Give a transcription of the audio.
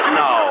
no